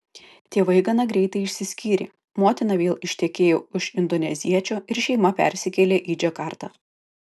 tėvai gana greitai išsiskyrė motina vėl ištekėjo už indoneziečio ir šeima persikėlė į džakartą